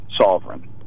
sovereign